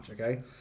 okay